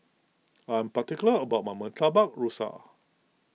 I am particular about my Murtabak Rusa